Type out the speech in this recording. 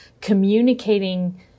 communicating